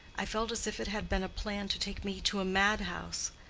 i felt as if it had been a plan to take me to a madhouse.